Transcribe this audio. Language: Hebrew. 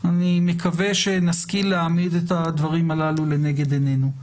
אני מקווה שנשכיל להעמיד את הדברים הללו לנגד עינינו.